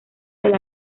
del